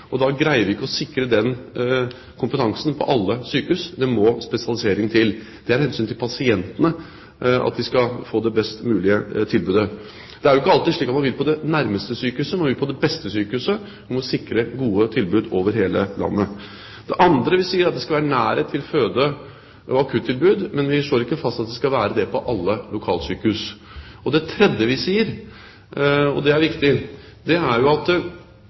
og da greier vi ikke å sikre den kompetansen på alle sykehus, det må spesialisering til. Det er av hensyn til pasientene – at de skal få det best mulige tilbudet. Det er ikke alltid slik at man vil på det nærmeste sykehuset. Man vil på det beste sykehuset. Vi må sikre gode tilbud over hele landet. Det andre vi sier, er at det skal være nærhet til føde- og akuttilbud, men vi slår ikke fast at det skal være det på alle lokalsykehus. Det tredje vi sier, og det er viktig, er at